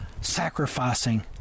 sacrificing